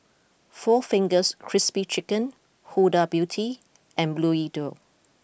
Four Fingers Crispy Chicken Huda Beauty and Bluedio